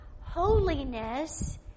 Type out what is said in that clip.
holiness